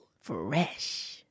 Fresh